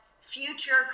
future